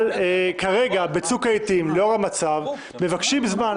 אבל כרגע בצוק העיתים לאור המצב מבקשים זמן.